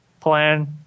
plan